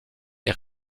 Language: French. est